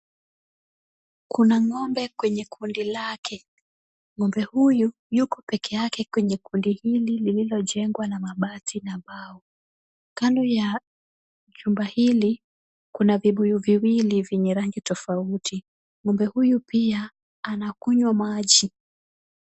Kuna ng'ombe kwenye kundi lake. Ng'ombe huyu yuko peke yake kwenye kundi hili lililojengwa na mabati na mawe. Kando ya chumba hili, kuna vibuyu viwili vyenye rangi tofauti. Ng'ombe huyu pia anakunywa maji.